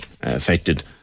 affected